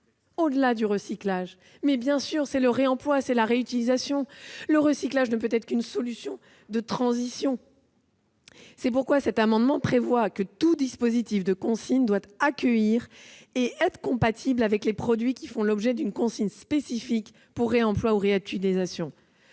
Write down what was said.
au-delà du recyclage, l'horizon est le réemploi et la réutilisation ! Le recyclage ne peut être qu'une solution de transition. C'est pourquoi cet amendement prévoit que tout dispositif de consigne doit être compatible avec les produits qui font l'objet d'une consigne spécifique pour réemploi ou réutilisation.